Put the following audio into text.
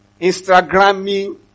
Instagramming